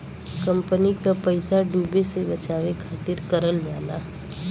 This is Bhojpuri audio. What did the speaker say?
कंपनी क पइसा डूबे से बचावे खातिर करल जाला